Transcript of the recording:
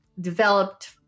developed